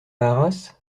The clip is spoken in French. arras